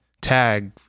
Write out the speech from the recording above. tag